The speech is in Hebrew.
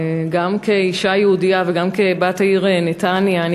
גם כאישה יהודייה וגם כבת העיר נתניה אני